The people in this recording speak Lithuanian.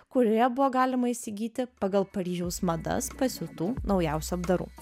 kurioje buvo galima įsigyti pagal paryžiaus madas pasiūtų naujausių apdarų